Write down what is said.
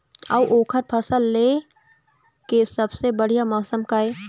अऊ ओकर फसल लेय के सबसे बढ़िया मौसम का ये?